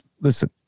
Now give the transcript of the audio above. listen